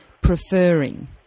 preferring